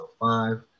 five